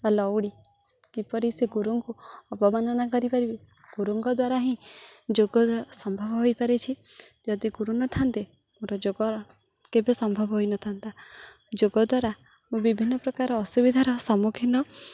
ଆଉ ଲଉଡ଼ି କିପରି ସେ ଗୁରୁଙ୍କୁ ଅବମାନନା କରିପାରିବି ଗୁରୁଙ୍କ ଦ୍ୱାରା ହିଁ ଯୋଗ ସମ୍ଭବ ହୋଇପାରିଛି ଯଦି ଗୁରୁ ନଥାନ୍ତେ ମୋର ଯୋଗ କେବେ ସମ୍ଭବ ହୋଇନଥାନ୍ତା ଯୋଗ ଦ୍ୱାରା ମୁଁ ବିଭିନ୍ନ ପ୍ରକାର ଅସୁବିଧାର ସମ୍ମୁଖୀନ